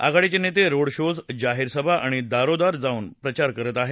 आघाडीचे नेते road shows जाहीर सभा आणि दारोदार जाऊन प्रचार करत आहेत